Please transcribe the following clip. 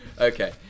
Okay